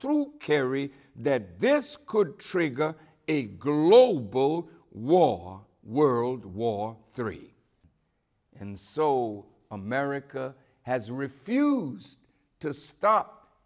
through kerry that this could trigger a global war world war three and saw america has refused to stop